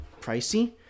pricey